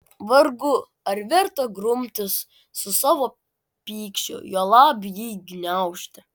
vargu ar verta grumtis su savo pykčiu juolab jį gniaužti